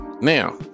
Now